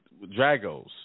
Dragos